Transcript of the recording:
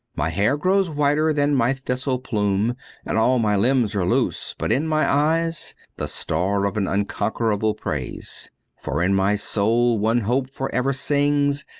my hair grows whiter than my thistle plume and all my limbs are loose but in my eyes the star of an unconquerable praise for in my soul one hope for ever sings,